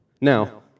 Now